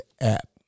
app